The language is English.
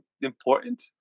important